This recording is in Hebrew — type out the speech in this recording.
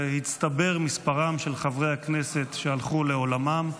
והצטבר מספרם של חברי הכנסת שהלכו לעולמם,